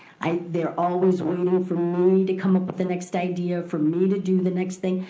they're always waiting for me to come up with the next idea, for me to do the next thing.